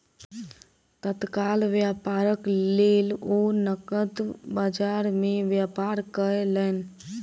तत्काल व्यापारक लेल ओ नकद बजार में व्यापार कयलैन